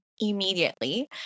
immediately